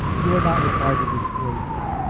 you are not required to disclose that.